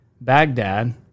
Baghdad